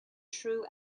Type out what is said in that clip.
true